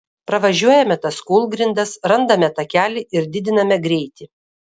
pravažiuojame tas kūlgrindas randame takelį ir didiname greitį